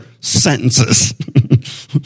sentences